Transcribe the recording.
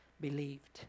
believed